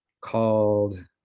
called